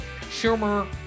Schumer